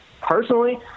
personally